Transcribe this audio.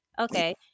okay